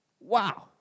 wow